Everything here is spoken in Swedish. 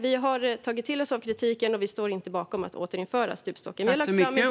Vi har tagit till oss av kritiken och står inte bakom att återinföra stupstocken.